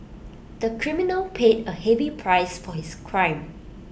the criminal paid A heavy price for his crime